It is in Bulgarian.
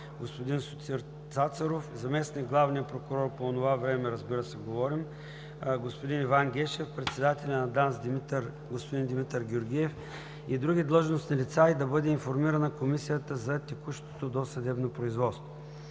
господин Сотир Цацаров, заместник-главният прокурор – по онова време, разбира се, говорим – господин Иван Гешев, председателят на ДАНС господин Димитър Георгиев и други длъжностни лица и да бъде информирана Комисията за течащото досъдебно производство.